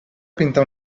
pintar